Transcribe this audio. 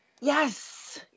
Yes